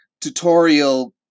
tutorial